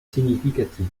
significatif